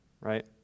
right